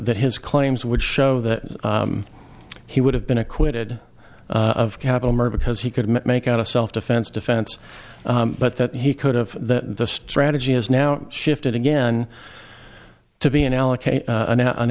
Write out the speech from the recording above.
that his claims would show that he would have been acquitted of capital murder because he could make out a self defense defense but that he could have the strategy has now shifted again to be